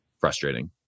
frustrating